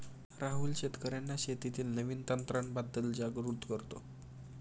राहुल शेतकर्यांना शेतीतील नवीन तंत्रांबद्दल जागरूक करतो